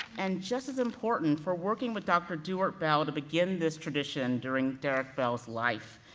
and just as important for working with dr. dewart bell to begin this tradition during derrick bell's life,